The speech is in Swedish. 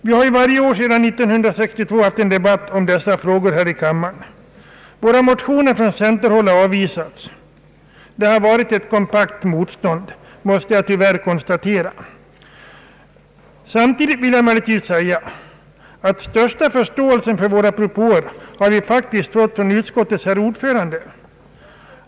Vi har varje år sedan 1962 haft en debatt kring dessa frågor här i riksdagen. Våra motioner från centerpartihåll har avvisats. Det har varit ett kompakt motstånd, måste jag tyvärr konstatera. Jag vill emellertid samtidigt säga att den största förståelsen för våra propåer har vi faktiskt fått från utskottets ordförande.